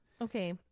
Okay